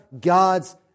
God's